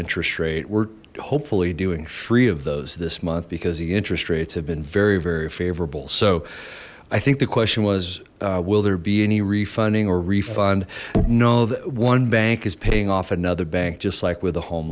interest rate we're hopefully doing free of those this month because the interest rates have been very very favorable so i think the question was will there be any refunding or refund no that one bank is paying off another bank just like with a home